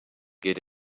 get